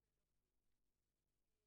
נגיע לשם, ביחד.